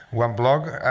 one blog,